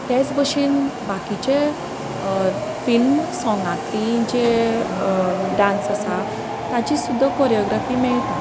तेच बशेन बाकिचे फिल्म सोंगांतली जे डान्स आसा ताची सुद्दा कोरिओग्राफी मेळटा